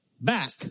back